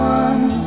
one